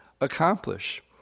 accomplish